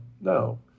no